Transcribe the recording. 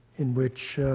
in which